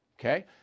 Okay